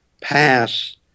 pass